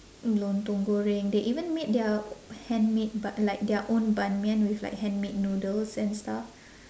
lontong goreng they even made their handmade but like their own ban mian with like handmade noodles and stuff